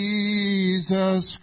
Jesus